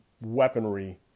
weaponry